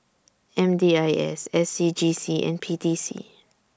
M D I S S C G C and P T C